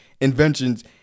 inventions